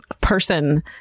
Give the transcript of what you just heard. person